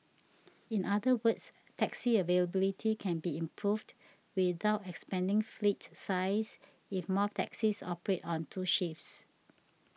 in other words taxi availability can be improved without expanding fleet size if more taxis operate on two shifts